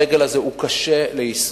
הדגל הזה הוא קשה ליישום.